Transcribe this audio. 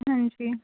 ਹਾਂਜੀ